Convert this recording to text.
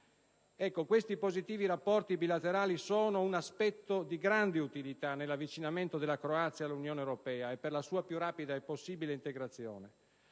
Questi positivi rapporti bilaterali sono, quindi, un aspetto di grande utilità nell'avvicinamento della Croazia all'Unione europea e per la sua, più rapida possibile, integrazione.